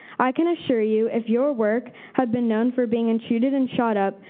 i can assure you, if your work had been known for being intruded and shot up,